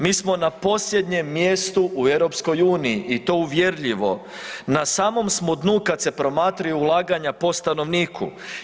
Mi smo na posljednjem mjestu u EU-i i to uvjerljivo, na samom smo dnu kad se promatraju ulaganja po stanovniku.